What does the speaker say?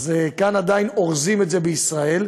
אז כאן עדיין אורזים את זה בישראל.